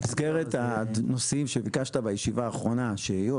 במסגרת הנושאים שביקשת בישיבה האחרונה שיהיו,